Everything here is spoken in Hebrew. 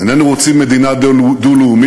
איננו רוצים מדינה דו-לאומית,